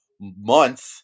month